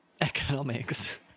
economics